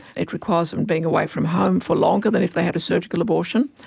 it requires them being away from home for longer than if they had a surgical abortion,